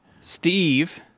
Steve